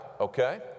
okay